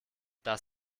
das